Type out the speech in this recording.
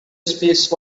space